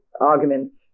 arguments